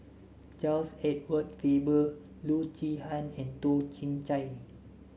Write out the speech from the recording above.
Charles Edward Faber Loo Zihan and Toh Chin Chye